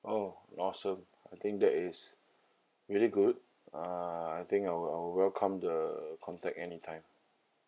oh awesome I think that is really good uh I think I'll I'll welcome the contact anytime